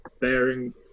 bearing